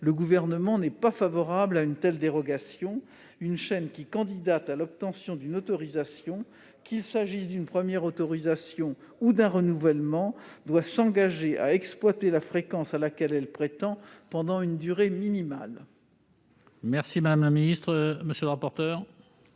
Le Gouvernement n'est pas favorable à une telle dérogation ; une chaîne qui postule à l'obtention d'une autorisation, qu'il s'agisse d'une première autorisation ou d'un renouvellement, doit s'engager à exploiter la fréquence à laquelle elle prétend pendant une durée minimale. Quel est l'avis de la